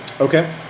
Okay